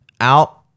out